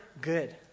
good